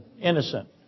innocent